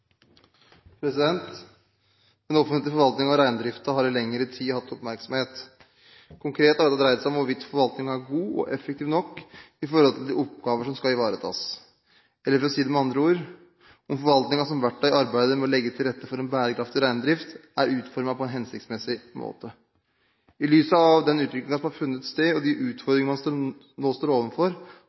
Den offentlige forvaltningen av reindriften har i lengre tid hatt oppmerksomhet. Konkret har dette dreid seg om hvorvidt forvaltningen er god og effektiv nok i forhold til de oppgaver som skal ivaretas. Eller for å si det med andre ord: om forvaltningen som verktøy i arbeidet med å legge til rette for en bærekraftig reindrift, er utformet på en hensiktsmessig måte. I lyset av den utviklingen som har funnet sted og de utfordringene man nå står